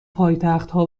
پایتختها